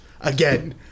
Again